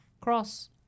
Cross